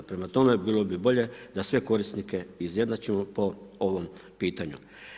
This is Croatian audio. Prema tome, bilo bi bolje da sve korisnike izjednačimo po ovom pitanju.